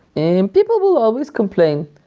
and people will always complain.